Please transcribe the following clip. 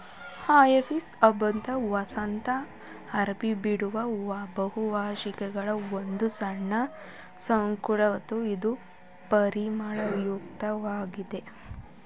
hyacinthus bulbous ವಸಂತ ಹೂಬಿಡುವ ಬಹುವಾರ್ಷಿಕಗಳ ಒಂದು ಸಣ್ಣ ಕುಲವಾಗಯ್ತೆ ಇದು ಪರಿಮಳಯುಕ್ತ ವಾಗಯ್ತೆ